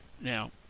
Now